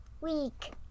week